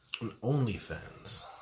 OnlyFans